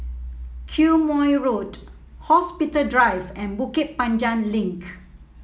Quemoy Road Hospital Drive and Bukit Panjang Link